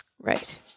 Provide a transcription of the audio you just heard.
Right